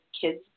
Kids